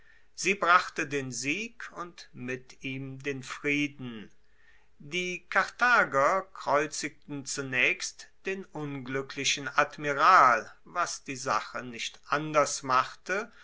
sie brachte den sieg und mit ihm den frieden die karthager kreuzigten zunaechst den ungluecklichen admiral was die sache nicht anders machte